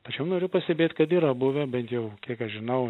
tačiau noriu pastebėt kad yra buvę bent jau kiek aš žinau